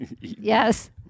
Yes